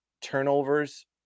turnovers